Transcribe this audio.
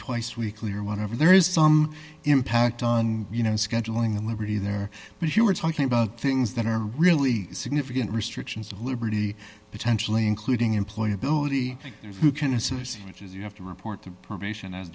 twice weekly or whenever there is some impact on you know scheduling the liberty there but if you are talking about things that are really significant restrictions of liberty potentially including employee ability who can assist which is you have to report to probation a